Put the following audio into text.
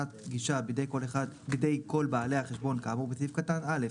גישה בידי כל בעלי החשבון כאמור סעיף קטן (א)